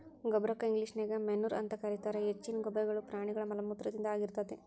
ಗೊಬ್ಬರಕ್ಕ ಇಂಗ್ಲೇಷನ್ಯಾಗ ಮೆನ್ಯೂರ್ ಅಂತ ಕರೇತಾರ, ಹೆಚ್ಚಿನ ಗೊಬ್ಬರಗಳು ಪ್ರಾಣಿಗಳ ಮಲಮೂತ್ರದಿಂದ ಆಗಿರ್ತೇತಿ